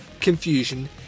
confusion